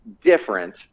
different